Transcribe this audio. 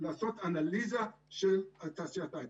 לעשות אנליזה של תעשיית ההיי-טק.